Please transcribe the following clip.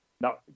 now